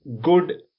good